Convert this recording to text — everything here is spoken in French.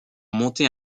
monter